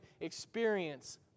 experience